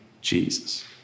Jesus